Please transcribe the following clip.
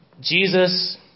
jesus